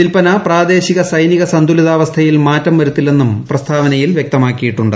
വിൽപ്പന പ്രാദേശിക സൈനിക സന്തുലിതാവസ്ഥയിൽ മാറ്റം വരുത്തില്ലെന്നും പ്രസ്താവനയിൽ വൃക്തമാക്കിയിട്ടുണ്ട്